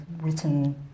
written